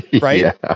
right